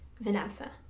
Vanessa